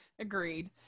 agreed